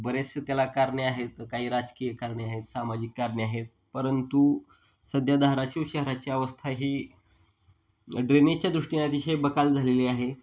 बरेचसे त्याला कारणे आहेत काही राजकीय कारणे आहेत सामाजिक कारणे आहेत परंतु सध्या धाराशिव शहराची अवस्था ही ड्रेनेजच्या दृष्टीने अतिशय बकाल झालेली आहे